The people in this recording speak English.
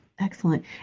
Excellent